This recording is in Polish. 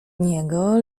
niego